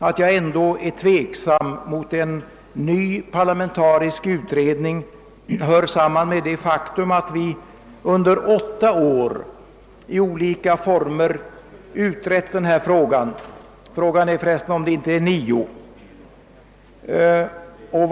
Att jag ändå är tveksam mot en ny parlamentarisk utredning hör samman med det faktum att vi under åtta år i olika former har utrett detta ärende — frågan är för resten, om det inte är nio år.